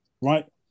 right